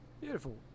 Beautiful